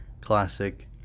classic